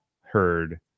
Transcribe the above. heard